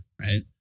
Right